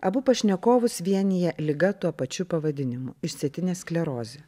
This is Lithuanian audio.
abu pašnekovus vienija liga tuo pačiu pavadinimu išsėtinė sklerozė